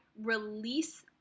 release